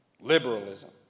liberalism